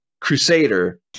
crusader